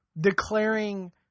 declaring